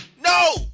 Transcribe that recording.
No